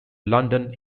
london